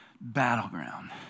battleground